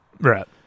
Right